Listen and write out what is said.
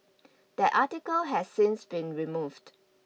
that article has since been removed